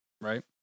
Right